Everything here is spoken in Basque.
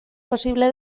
posible